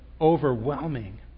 overwhelming